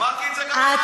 אמרתי את זה גם בוועדה.